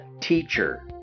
teacher